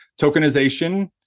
tokenization